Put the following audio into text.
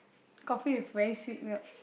coffee with very sweet milk